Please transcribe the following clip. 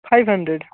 five hundred